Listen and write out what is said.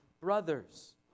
brothers